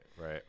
right